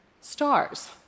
stars